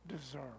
deserve